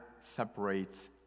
separates